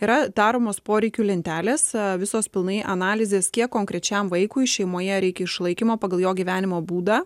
yra daromos poreikių lentelės visos pilnai analizės kiek konkrečiam vaikui šeimoje reikia išlaikymo pagal jo gyvenimo būdą